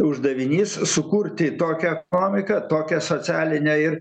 uždavinys sukurti tokią paniką tokią socialinę ir